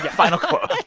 but final quote. like